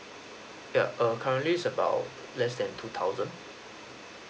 the err currently is about less than two thousand